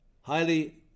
highly